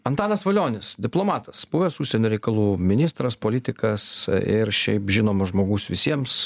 antanas valionis diplomatas buvęs užsienio reikalų ministras politikas ir šiaip žinomas žmogus visiems